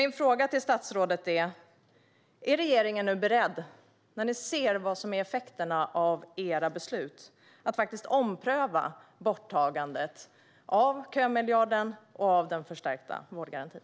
Min fråga till statsrådet är: När regeringen nu ser vad som är effekterna av de egna besluten, är man beredd att ompröva borttagandet av kömiljarden och av den förstärkta vårdgarantin?